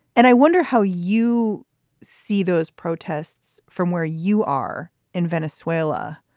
and i wonder how you see those protests from where you are in venezuela,